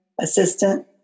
assistant